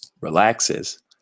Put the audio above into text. relaxes